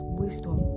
wisdom